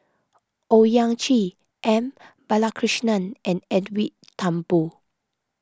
Owyang Chi M Balakrishnan and Edwin Thumboo